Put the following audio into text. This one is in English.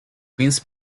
queens